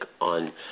on